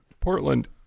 Portland